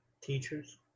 teachers